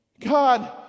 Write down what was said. God